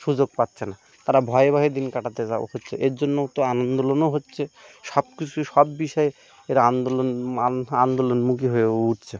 সুযোগ পাচ্ছে না তারা ভয়ে ভয়ে দিন কাটাতে যা হচ্ছে এর জন্যও তো আন্দোলনও হচ্ছে সব কিছু সব বিষয়ে এরা আন্দোলন আন্দোলনমুখী হয়ে উঠছে